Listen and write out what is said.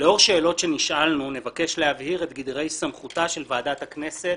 לאור שאלות שנשאלנו נבקש להבהיר את גדרי סמכותה של ועדת הכנסת